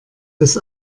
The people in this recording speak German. das